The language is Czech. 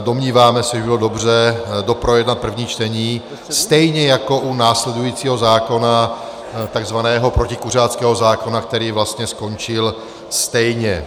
Domníváme se, že by bylo dobře doprojednat první čtení stejně jako u následujícího zákona, tzv. protikuřáckého zákona, který vlastně skončil stejně.